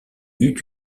eut